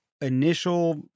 initial